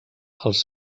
els